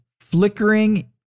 flickering